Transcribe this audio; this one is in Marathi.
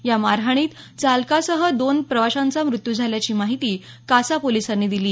या मारहाणीत चालकासह दोन प्रवाशांचा मृत्यू झाल्याची माहिती कासा पोलिसांनी दिली